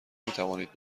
میتوانید